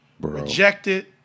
rejected